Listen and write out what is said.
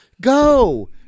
Go